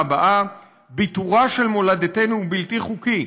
הזאת: "ביתורה של מולדתנו הוא בלתי חוקי,